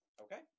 Okay